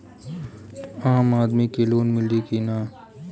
आम आदमी के लोन मिली कि ना?